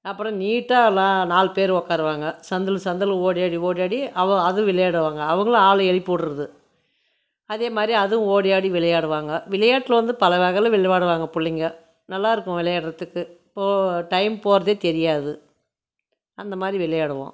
அப்புறம் நீட்டாக நா நாலு பேர் உக்காருவாங்க சந்தில் சந்தில் ஓடியாடி ஓடியாடி அவ அதுவும் விளையாடுவாங்க அவங்களும் ஆள் எழுப்பிவுடறது அதே மாதிரி அதுவும் ஓடியாடி விளையாடுவாங்க விளையாட்டில் வந்து பல வகையில் விளாடுவாங்க பிள்ளைங்க நல்லா இருக்கும் விளையாடறத்துக்கு இப்போது டைம் போகிறதே தெரியாது அந்த மாதிரி விளையாடுவோம்